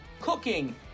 cooking